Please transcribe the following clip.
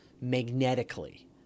magnetically